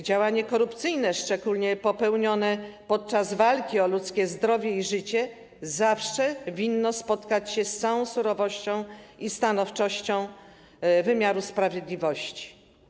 Działanie korupcyjne, szczególnie popełnione podczas walki o ludzkie zdrowie i życie, zawsze winno spotkać się z całą surowością i stanowczością wymiaru sprawiedliwości.